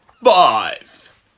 Five